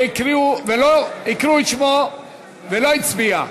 שהקריאו את שמו ולא הצביע?